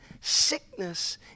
sickness